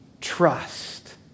Trust